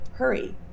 hurry